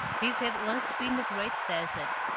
this had once been a great desert.